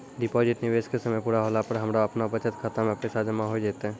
Deposit निवेश के समय पूरा होला पर हमरा आपनौ बचत खाता मे पैसा जमा होय जैतै?